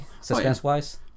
suspense-wise